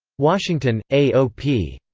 washington a o p.